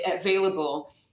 available